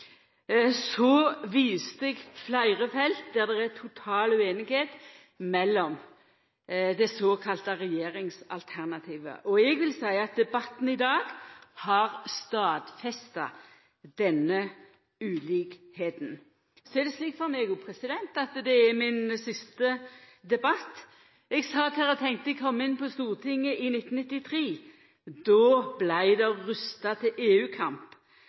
viste eg til fleire felt der det er total usemje i det såkalla regjeringsalternativet. Eg vil seia at debatten i dag har stadfesta denne ulikskapen. Så er det slik for meg òg at dette er min siste debatt. Eg sat her og tenkte: Eg kom inn på Stortinget i 1993. Då vart det rusta til